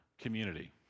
community